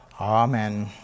Amen